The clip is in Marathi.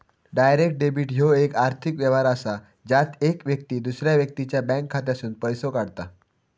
डायरेक्ट डेबिट ह्यो येक आर्थिक व्यवहार असा ज्यात येक व्यक्ती दुसऱ्या व्यक्तीच्या बँक खात्यातसूनन पैसो काढता